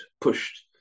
pushed